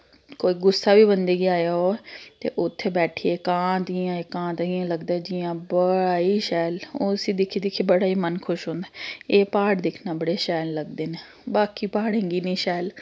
कोई गुस्सा बी बंदे गी आया होऐ ते ओह् उत्थै बैठियै एकांत इ'यां एकांत इ'यां लगदा ऐ जि'यां बड़ा गै शैल ओह् उस्सी दिक्खी दिक्खियै बड़ा गै मन खुश होंदा ऐ एह् प्हाड़ दिक्खना बड़े शैल लगदे न बाकी प्हाड़े गी निं शैल